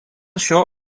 šio